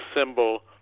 symbol